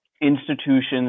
institutions